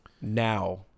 now